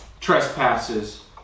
trespasses